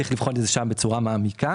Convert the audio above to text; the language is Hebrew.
צריך לבחון את זה בצורה מעמיקה.